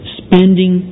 spending